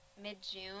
mid-June